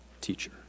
teacher